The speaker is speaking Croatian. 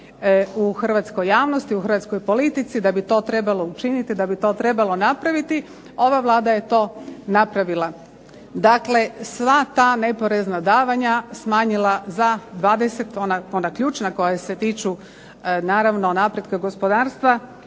u hrvatskoj javnosti, u hrvatskoj politici, da bi to trebalo učiniti, da bi to trebalo napraviti. Ova Vlada je to napravila. Dakle, sva ta neporezna davanja smanjila za 20, ona ključna koja se tiču naravno napretka gospodarstva